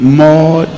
more